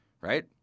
right